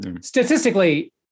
statistically